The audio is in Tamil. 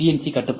சி கட்டுப்பாடு